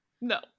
No